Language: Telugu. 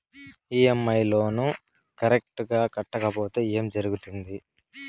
ఇ.ఎమ్.ఐ లోను కరెక్టు గా కట్టకపోతే ఏం జరుగుతుంది